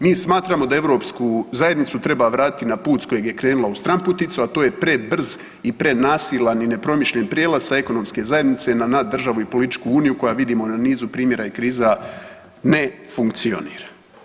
Mi smatramo da Europsku zajednicu treba vratiti na put s kojeg je krenula u stranputicu, a to je prebrz i prenasilan i nepromišljen prijelaz sa ekonomske zajednice na naddržavu i političku uniju koja vidimo na nizu primjera i kriza ne funkcionira.